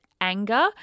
anger